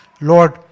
Lord